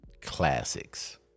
Classics